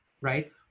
right